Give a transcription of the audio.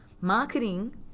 marketing